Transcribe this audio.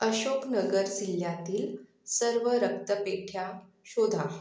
अशोकनगर जिल्ह्यातील सर्व रक्तपेढ्या शोधा